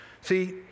See